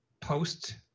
post